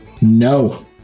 No